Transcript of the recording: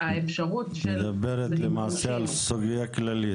שהאפשרות --- את מדברת למעשה על סוגיה כללית.